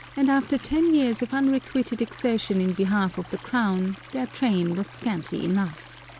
and after ten years of unrequited exertion in behalf of the crown, their train was scanty enough.